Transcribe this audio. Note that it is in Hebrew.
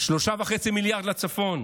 3.5 מיליארד לצפון,